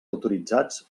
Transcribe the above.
autoritzats